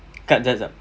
jap jap